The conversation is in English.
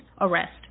arrest